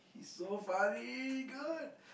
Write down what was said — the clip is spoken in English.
he's so funny good